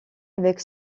avec